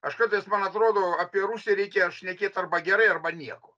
aš kartais man atrodo apie rusiją reikia šnekėt arba gerai arba nieko